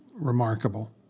remarkable